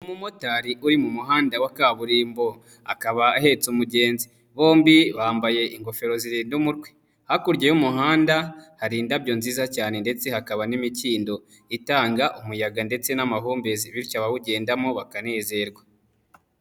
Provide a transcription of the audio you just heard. Umumotari uri mu muhanda wa kaburimbo, akaba ahetse umugenzi bombi bambaye ingofero zirinda umutwe, hakurya y'umuhanda hari indabyo nziza cyane ndetse hakaba n'imikindo, itanga umuyaga ndetse n'amahumbezi bityo abawugendamo bakanezerwa.